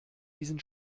diesen